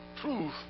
Truth